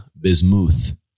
Bismuth